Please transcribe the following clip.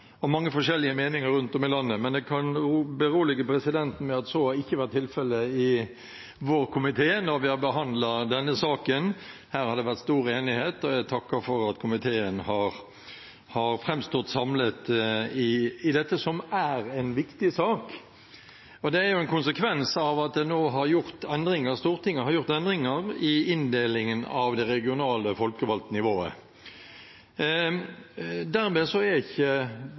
og mange forskjellige meninger rundt om i landet, men jeg kan berolige presidenten med at så ikke har vært tilfellet i vår komité når vi har behandlet den. Her har det vært stor enighet, og jeg takker for at komiteen har framstått samlet i dette, som er en viktig sak. Det er en konsekvens av at det nå er blitt gjort endringer – Stortinget har gjort endringer i inndelingen av det regionale folkevalgte nivået. Dermed er ikke